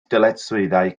dyletswyddau